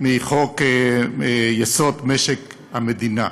של חוק-יסוד: משק המדינה.